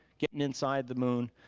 getting inside the moon.